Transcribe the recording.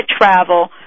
travel